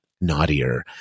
naughtier